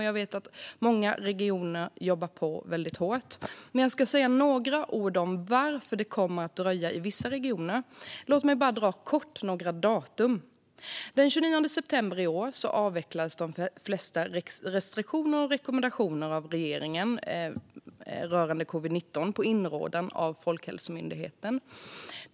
Jag vet att många regioner jobbar på väldigt hårt, men jag ska säga några ord om varför det kommer att dröja i vissa regioner. Låt mig bara kort dra några datum! Den 29 september i år avvecklade regeringen, på inrådan av Folkhälsomyndigheten, de flesta restriktioner och rekommendationer rörande covid19.